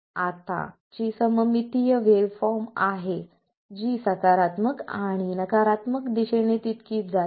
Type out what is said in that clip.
आता ची सममितीय वेव्हफॉर्म आहे जी सकारात्मक आणि नकारात्मक दिशेने तितकीच जाते